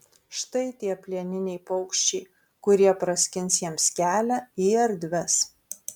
štai tie plieniniai paukščiai kurie praskins jiems kelią į erdves